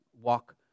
walk